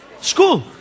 School